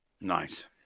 Nice